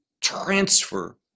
transfer